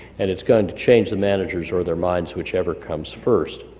and it's going to change the managers or their minds, whichever comes first,